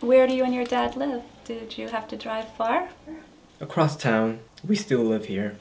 where you and your dad little did you have to drive far across town we still live here